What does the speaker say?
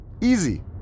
Easy